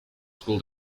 school